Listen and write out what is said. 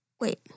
Wait